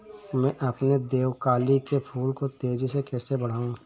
मैं अपने देवकली के फूल को तेजी से कैसे बढाऊं?